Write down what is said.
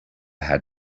had